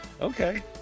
Okay